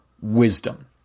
wisdom